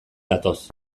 datoz